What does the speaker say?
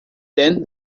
then